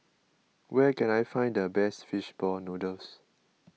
where can I find the best Fish Ball Noodles